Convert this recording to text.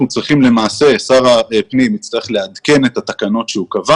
שר הפנים יצטרך לעדכן את התקנות שהוא קבע